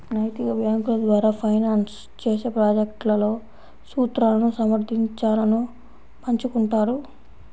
నైతిక బ్యేంకుల ద్వారా ఫైనాన్స్ చేసే ప్రాజెక్ట్లలో సూత్రాలను సమర్థించాలను పంచుకుంటారు